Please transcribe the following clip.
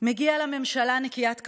מגיע לה ממשלה נקיית כפיים,